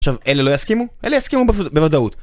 עכשיו אלה לא יסכימו, אלה יסכימו בוודאות